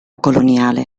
coloniale